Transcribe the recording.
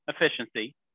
efficiency